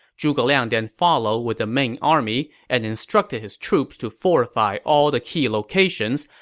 zhuge liang then followed with the main army and instructed his troops to fortify all the key locations,